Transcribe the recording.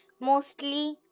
mostly